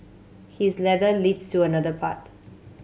his ladder leads to another part